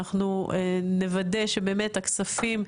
אנחנו נוודא שבאמת הכספים,